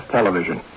Television